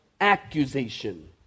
accusation